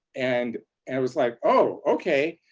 and i was like, oh, okay,